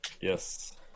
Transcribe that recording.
Yes